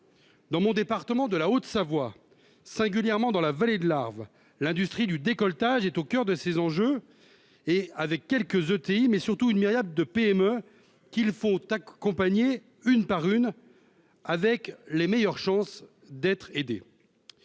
Dans mon département, de la Haute-Savoie, singulièrement dans la vallée de l'Arve, l'industrie du décolletage est au coeur de ces enjeux et avec quelques outils mais surtout une myriade de PME qu'il faut accompagner une par une avec les meilleures chances d'être aidés,